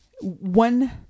one